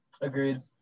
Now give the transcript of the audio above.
Agreed